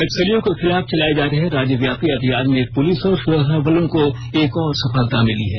नक्सलियों के खिलाफ चलाये जा रहे राज्यव्यापी अभियान में पुलिस और सुरक्षा बलों को एक और सफलता मिली है